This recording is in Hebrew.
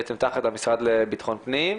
בעצם תחת המשרד לבטחון פנים,